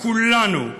כולנו,